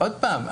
עוד פעם,